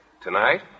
Tonight